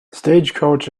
stagecoach